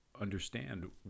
understand